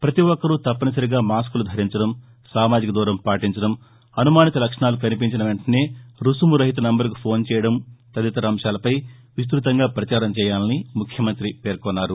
ప్రతిఒక్కరూ తప్పనిసరిగా మాస్కులు ధరించడం సామాజిక దూరం పాటించడం అనుమానిత లక్షణాలు కనిపించిన వెంటనే రుసుము రహిత నెంబరుకు ఫోన్ చేయడం తదితర అంశాలపై విస్తుతంగా ప్రచారం చేయాలని ముఖ్యమంతి పేర్కొన్నారు